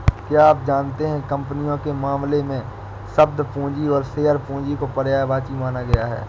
क्या आप जानते है कंपनियों के मामले में, शब्द पूंजी और शेयर पूंजी को पर्यायवाची माना गया है?